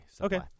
Okay